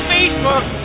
Facebook